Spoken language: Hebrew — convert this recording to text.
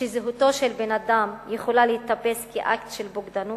שזהותו של בן-אדם יכולה להיתפס כאקט של בוגדנות?